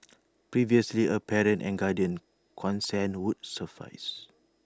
previously A parent and guardian's consent would suffice